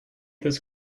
this